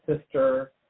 sister